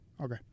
Okay